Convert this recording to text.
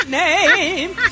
name